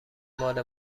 مال